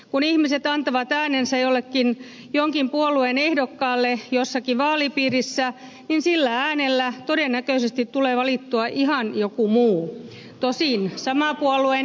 kun ihmiset antavat äänensä jonkin puolueen ehdokkaalle jossakin vaalipiirissä niin sillä äänellä todennäköisesti tulee valittua ihan joku muu tosin saman puolueen ehdokas